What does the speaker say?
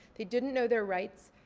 they didn't know their rights.